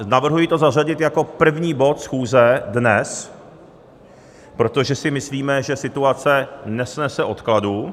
Navrhuji to zařadit jako první bod schůze dnes, protože si myslíme, že situace nesnese odkladu.